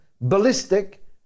ballistic